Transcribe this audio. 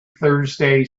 thursday